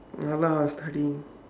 ya lah studying